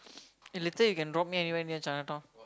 eh later you can drop me anywhere near Chinatown